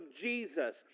Jesus